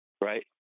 right